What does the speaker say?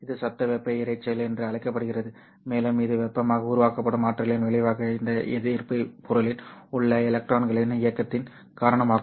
இந்த சத்தம் வெப்ப இரைச்சல் என்று அழைக்கப்படுகிறது மேலும் இது வெப்பமாக உருவாக்கப்படும் ஆற்றலின் விளைவாக இந்த எதிர்ப்புப் பொருளின் உள்ளே எலக்ட்ரான்களின் இயக்கத்தின் காரணமாகும்